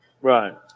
Right